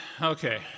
Okay